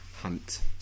Hunt